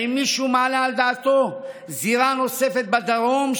האם מישהו מעלה על דעתו זירה נוספת בדרום,